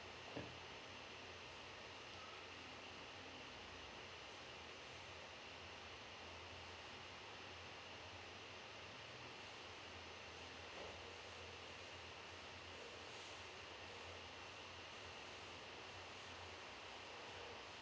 yup